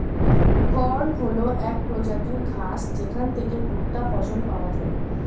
corn হল এক প্রজাতির ঘাস যেখান থেকে ভুট্টা ফসল পাওয়া যায়